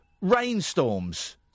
rainstorms